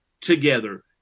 together